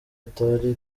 atari